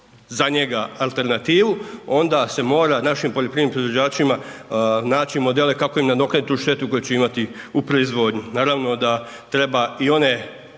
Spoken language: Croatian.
za njega alternativu, onda se mora našim poljoprivrednim proizvođačima naći modele kako im nadoknadit tu štetu koju će imati u proizvodnji. Naravno da treba i one